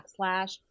backslash